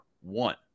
one